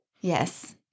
Yes